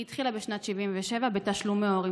היא התחילה בשנת 1977 בתשלומי ההורים.